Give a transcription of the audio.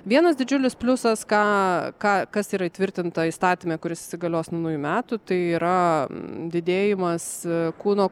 vienas didžiulis pliusas ką ką kas yra įtvirtinta įstatyme kuris įsigalios nuo naujųjų metų tai yra didėjimas kūno